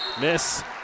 Miss